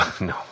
No